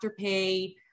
afterpay